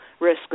risk